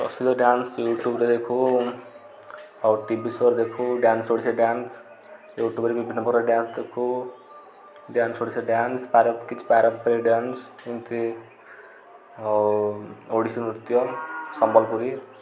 dance ୟୁଟ୍ୟୁବ୍ରେ ଦେଖୁ ଆଉ ଟିଭି ସୋରେ ଦେଖୁ ଡ୍ୟାନସ୍ ଓଡ଼ିଶା ଡ୍ୟାନସ୍ ୟୁଟ୍ୟୁବ୍ରେ ବିଭିନ୍ନ ପ୍ରକାର ଡ୍ୟାନସ୍ ଦେଖୁ ଡ୍ୟାନସ୍ ଓଡ଼ିଶା ଡ୍ୟାନସ୍ ପାର କିଛି ପାରମ୍ପାରିକ ଡ୍ୟାନସ୍ ଏମିତି ଆଉ ଓଡ଼ିଶୀ ନୃତ୍ୟ ସମ୍ବଲପୁରୀ